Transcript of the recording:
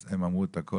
אז הם אמרו את הכל,